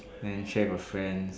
and share with her friends